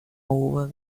hubo